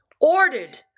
ordered